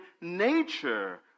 nature